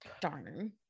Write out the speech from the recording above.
darn